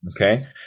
Okay